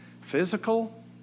Physical